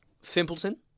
Simpleton